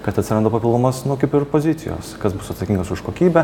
kad atsiranda papildomos nu kaip ir pozicijos kas bus atsakingas už kokybę